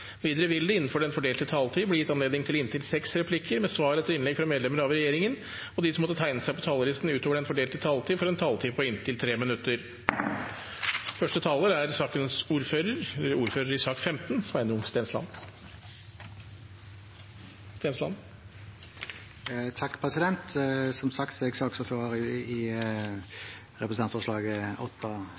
Videre vil det – innenfor den fordelte taletid – bli gitt anledning til inntil seks replikker med svar etter innlegg fra medlemmer av regjeringen, og de som måtte tegne seg på talerlisten utover den fordelte taletid, får en taletid på inntil 3 minutter. Jeg er saksordfører for sak om representantforslag Dokument 8:51 S for 2019–2020. Jeg vil takke komiteen for et godt samarbeid – så